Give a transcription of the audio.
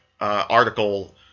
article